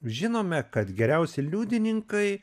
žinome kad geriausi liudininkai